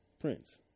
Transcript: prince